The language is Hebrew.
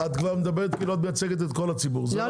את כבר מדברת כאילו את מייצגת את כל הציבור,